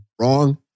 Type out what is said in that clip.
Wrong